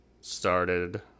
started